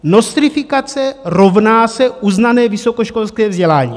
Nostrifikace rovná se uznané vysokoškolské vzdělání.